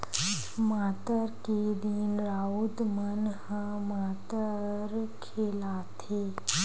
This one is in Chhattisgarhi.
मातर के दिन राउत मन ह मातर खेलाथे